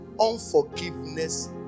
unforgiveness